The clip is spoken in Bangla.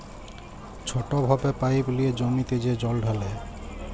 ছট ভাবে পাইপ লিঁয়ে জমিতে যে জল ঢালে